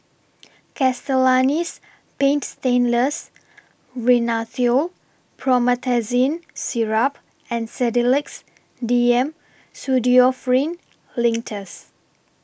Castellani's Paint Stainless Rhinathiol Promethazine Syrup and Sedilix D M Pseudoephrine Linctus